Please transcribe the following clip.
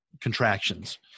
contractions